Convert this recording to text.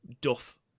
duff